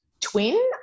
twin